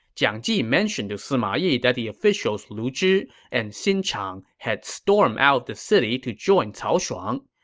jiang ji mentioned to sima yi that the officials lu zhi and xin chang had stormed out of the city to join cao shuang,